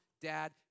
Dad